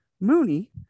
Mooney